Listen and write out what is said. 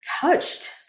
touched